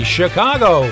Chicago